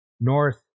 North